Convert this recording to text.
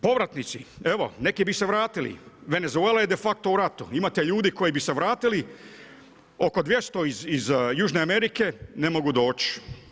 Povratnici, evo, neki bi se vratili, Venezuela je de facto u ratu, imate ljudi koji bi se vratili, oko 200 iz Južne Amerike ne mogu doći.